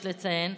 יש לציין,